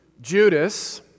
Judas